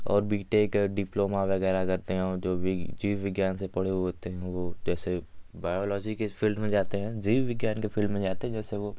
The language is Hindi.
और बी टेक डिप्लोमा वगैरह करते हैं और जो भी जीव विज्ञान से पढ़े हुए होते हैं वो जैसे बायोलॉजी के फ़ील्ड में जाते हैं जीव विज्ञान के फ़ील्ड में जाते हैं जैसे वो